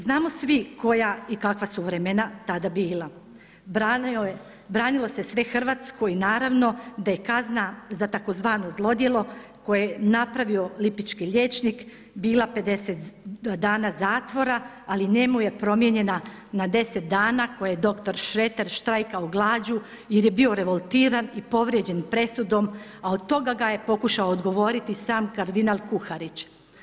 Znamo svi koja i kakva su vremena tada bila, branilo se sve hrvatsko i naravno da je kazna za tzv. zlodjelo koje je napravio lipički liječnik bila 50 dana zatvora ali njemu je promijenjena na 10 dana koje je dr. Šreter štrajkao glađu jer je bio revoltiran i povrijeđen presudom a od toga ga je pokušao odgovoriti sam kardinal Kuharić.